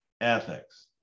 ethics